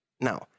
Now